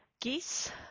geese